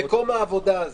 "במקום העבודה הזה".